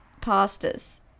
pastas